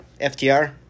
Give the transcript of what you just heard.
FTR